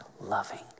loving